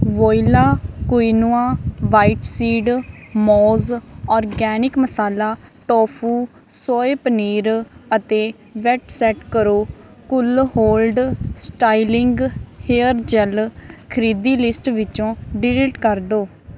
Voila quinoa white seed ਮੌਜ਼ organic masala tofu soy paneer ਅਤੇ wet set ਕਰੋ cool hold styling hair gel ਖਰੀਦੀ list ਵਿੱਚੋਂ ਡਿਲੀਟ ਕਰ ਦੋ